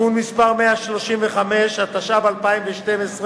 (תיקון מס' 136), התשע"ב 2012,